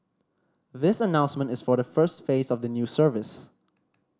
this announcement is for the first phase of the new service